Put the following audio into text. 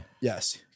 Yes